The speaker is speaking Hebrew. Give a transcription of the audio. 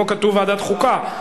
פה כתוב ועדת חוקה,